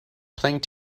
playing